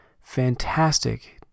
fantastic